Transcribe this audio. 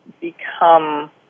become